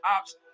ops